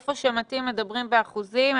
איפה שמתאים, מדברים באחוזים.